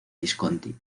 visconti